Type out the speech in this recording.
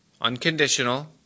unconditional